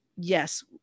yes